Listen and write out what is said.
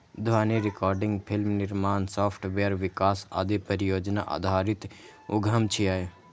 ध्वनि recording, film निर्माण, software विकास आदि परियोजना आधारित उद्यम छियै